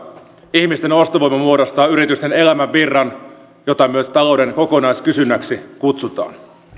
ihmisten ostovoima muodostaa yritysten elämänvirran jota myös talouden kokonaiskysynnäksi kutsutaan